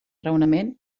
raonament